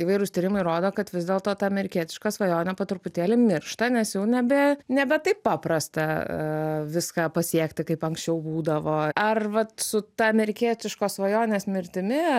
įvairūs tyrimai rodo kad vis dėlto ta amerikietiška svajonė po truputėlį miršta nes jau nebe nebe taip paprasta viską pasiekti kaip anksčiau būdavo ar vat su ta amerikietiškos svajonės mirtimi